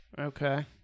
Okay